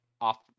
off